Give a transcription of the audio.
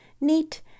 neat